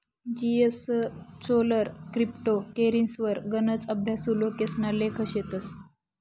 जीएसचोलर क्रिप्टो करेंसीवर गनच अभ्यासु लोकेसना लेख शेतस